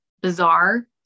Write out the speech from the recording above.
bizarre